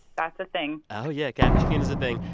that's a thing oh, yeah, catfish king is a thing.